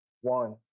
one